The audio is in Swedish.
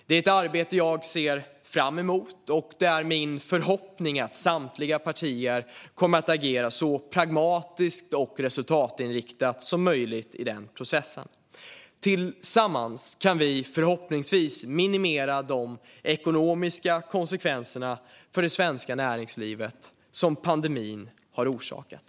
Det är ett arbete jag ser fram emot, och det är min förhoppning att samtliga partier kommer att agera så pragmatiskt och resultatinriktat som möjligt i den processen. Tillsammans kan vi förhoppningsvis minimera de ekonomiska konsekvenserna för det svenska näringslivet som pandemin har orsakat.